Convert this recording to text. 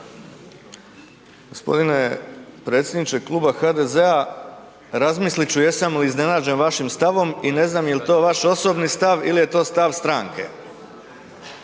G. predsjedniče kluba HDZ-a, razmisliti ću jesam li iznenađen vašim stavom i ne znam je li to vaš osobni stav ili je to stav stranke.